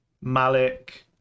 Malik